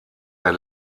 der